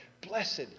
Blessed